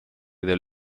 del